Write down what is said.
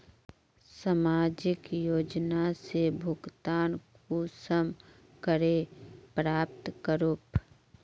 सामाजिक योजना से भुगतान कुंसम करे प्राप्त करूम?